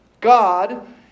God